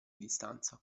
distanza